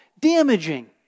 damaging